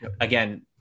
Again